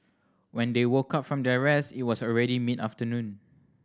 when they woke up from their rest it was already mid afternoon